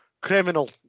criminal